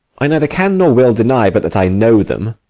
i neither can nor will deny but that i know them.